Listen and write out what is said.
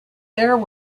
there